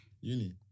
uni